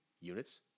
units